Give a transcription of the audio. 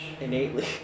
innately